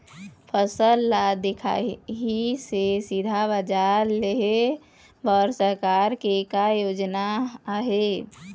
फसल ला दिखाही से सीधा बजार लेय बर सरकार के का योजना आहे?